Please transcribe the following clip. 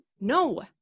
No